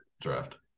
draft